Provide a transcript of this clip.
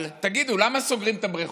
תגידו, למה סוגרים את הבריכות?